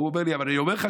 ההוא אומר לי: אני אומר לך,